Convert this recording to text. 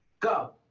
go.